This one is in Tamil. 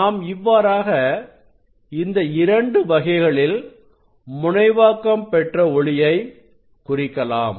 நாம் இவ்வாறாக இந்த இரண்டு வகைகளில் முனைவாக்கம் பெற்ற ஒளியை குறிக்கலாம்